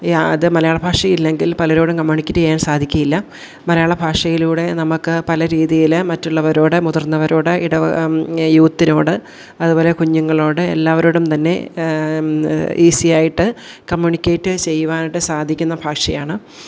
ഈ അത് മലയാള ഭാഷയില്ലെങ്കിൽ പലരോടും കമ്മ്യൂണിക്കേറ്റ് ചെയ്യാൻ സാധിക്കുകയില്ല മലയാളഭാഷയിലൂടെ നമുക്ക് പല രീതിയിൽ മറ്റുള്ളവരോട് മുതിർന്നവരോട് യൂത്തിനോട് അതുപോലെ കുഞ്ഞുങ്ങളോട് എല്ലാവരോടും തന്നെ ഈസിയായിട്ട് കമ്മ്യൂണിക്കേറ്റ് ചെയ്യുവാനായിട്ട് സാധിക്കുന്ന ഭാഷയാണ്